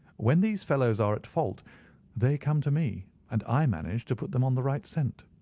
when these fellows are at fault they come to me, and i manage to put them on the right scent.